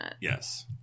Yes